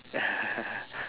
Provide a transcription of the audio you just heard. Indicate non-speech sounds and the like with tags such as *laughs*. *laughs*